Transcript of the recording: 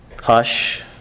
Hush